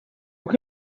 que